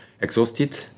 exhausted